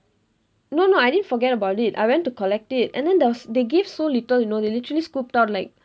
no no I didn't forget about it I went to collect it and then there was they give so little you know they literally scooped out like